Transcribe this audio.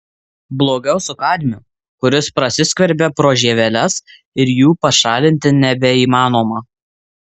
blogiau su kadmiu kuris prasiskverbia pro žieveles ir jų pašalinti nebeįmanoma